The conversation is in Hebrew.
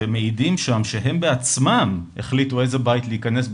שמעידים שם שהם בעצמם החליטו לאיזה בית להיכנס,